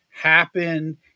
happen